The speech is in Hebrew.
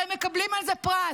הרי מקבלים על זה פרס.